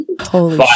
Holy